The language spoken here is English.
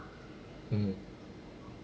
mm